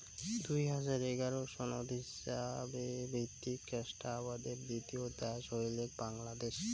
দুই হাজার এগারো সনত হিছাবে ভিত্তিক কোষ্টা আবাদের দ্বিতীয় দ্যাশ হইলেক বাংলাদ্যাশ